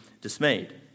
dismayed